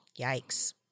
Yikes